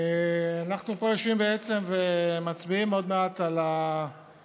אנחנו פה יושבים ומצביעים עוד מעט על טיוטת